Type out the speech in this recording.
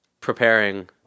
preparing